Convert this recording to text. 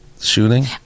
shooting